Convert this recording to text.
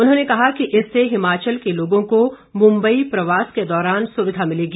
उन्होंने कहा कि इससे हिमाचल के लोगों को मुंबई प्रवास के दौरान सुविधा मिलेगी